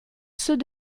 ceux